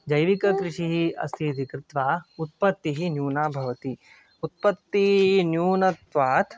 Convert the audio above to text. जैविककृषिः अस्ति इति कृत्वा उत्पत्तिः न्यूना भवति उत्पत्तिन्यूनत्वात्